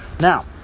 Now